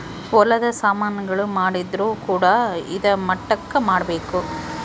ಹೊಲದ ಸಾಮನ್ ಗಳು ಮಾಡಿದ್ರು ಕೂಡ ಇದಾ ಮಟ್ಟಕ್ ಮಾಡ್ಬೇಕು